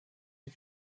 die